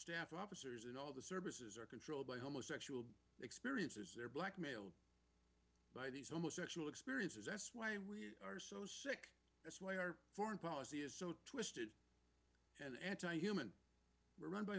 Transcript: staff officers in all the services are controlled by homosex experiences they're blackmailed by these homosexual experiences s why we are so sick that's why our foreign policy is so twisted and anti human run by